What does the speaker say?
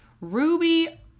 Ruby